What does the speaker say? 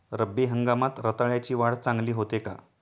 रब्बी हंगामात रताळ्याची वाढ चांगली होते का?